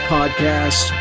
Podcast